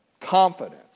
confidence